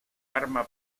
arma